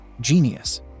genius